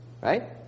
right